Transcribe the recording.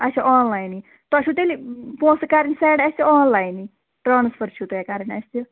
اَچھا آن لاینٕے تۄہہِ چھُو تیٚلہِ پۄنٛسہٕ کَرٕنۍ سٮ۪نٛڈ اَسہِ آن لاینٕے ٹرٛانٛسفر چھِو تۄہہِ کَرٕنۍ اَسہِ